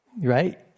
Right